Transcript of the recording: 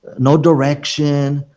no direction.